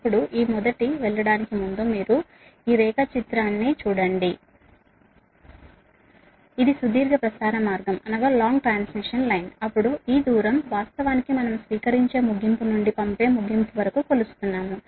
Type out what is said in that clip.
ఇప్పుడు ఈ మొదటి వెళ్ళడానికి ముందు మీరు ఈ రేఖాచిత్రాన్ని చూడండి ఇది లాంగ్ ట్రాన్స్మిషన్ లైన్ అప్పుడు ఈ దూరం వాస్తవానికి మనం స్వీకరించే ముగింపు నుండి పంపే ముగింపు వరకు కొలుస్తున్నాము